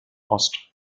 ost